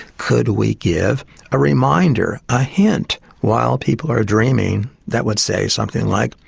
could we give a reminder, a hint while people are dreaming that would say something like